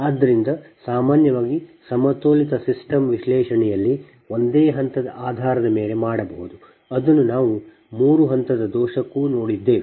ಆದ್ದರಿಂದ ಸಾಮಾನ್ಯವಾಗಿ ಸಮತೋಲಿತ ಸಿಸ್ಟಮ್ ವಿಶ್ಲೇಷಣೆಯಲ್ಲಿ ಒಂದೇ ಹಂತದ ಆಧಾರದ ಮೇಲೆ ಮಾಡಬಹುದು ಅದನ್ನು ನಾವು ಮೂರು ಹಂತದ ದೋಷಕ್ಕೂ ನೋಡಿದ್ದೇವೆ